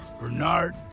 Bernard